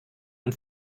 und